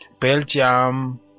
Belgium